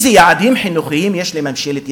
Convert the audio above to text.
איזה יעדים חינוכיים יש לממשלת ישראל.